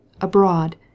abroad